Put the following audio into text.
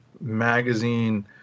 Magazine